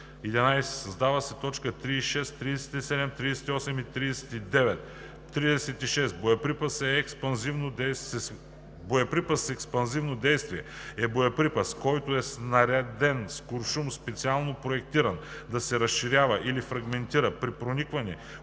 11. Създават се т. 36, 37, 38 и 39: „36. „Боеприпас с експанзивно действие“ е боеприпас, който е снаряден с куршум, специално проектиран да се разширява или фрагментира при проникване,